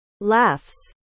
Laughs